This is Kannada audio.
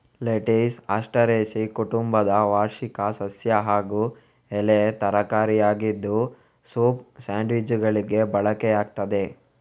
ಲೆಟಿಸ್ ಆಸ್ಟರೇಸಿ ಕುಟುಂಬದ ವಾರ್ಷಿಕ ಸಸ್ಯ ಹಾಗೂ ಎಲೆ ತರಕಾರಿಯಾಗಿದ್ದು ಸೂಪ್, ಸ್ಯಾಂಡ್ವಿಚ್ಚುಗಳಿಗೆ ಬಳಕೆಯಾಗ್ತದೆ